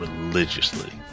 religiously